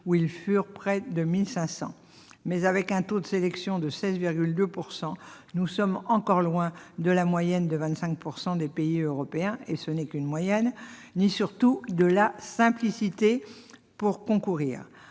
où ils furent près de 1 500. Mais, avec un taux de sélection de 16,2 %, nous sommes encore loin de la moyenne des pays européens, qui est de 25 %, ni surtout de la simplicité pour concourir.